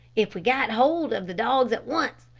if we got hold of the dogs at once,